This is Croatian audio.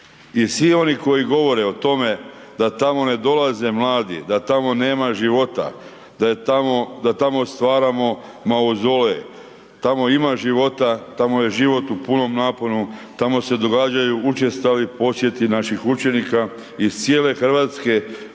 i svi oni koji govore o tome da tamo ne dolaze mladi, da tamo nema života, da je tamo, da tamo stvaramo maozolej, tamo ima života, tamo je život u punom naponu, tamo se događaju učestali posjeti naših učenika iz cijele RH,